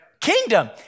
Kingdom